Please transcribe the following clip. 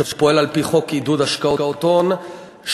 שפועל על-פי חוק עידוד השקעות הון,